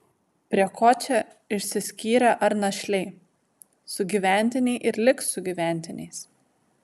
prie ko čia išsiskyrę ar našliai sugyventiniai ir liks sugyventiniais